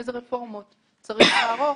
איזה רפורמות צריך לערוך,